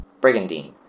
Brigandine